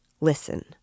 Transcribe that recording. Listen